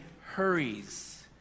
hurries